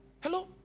Hello